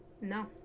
No